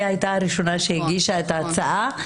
היא הייתה הראשונה שהגישה את ההצעה,